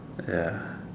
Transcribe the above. ya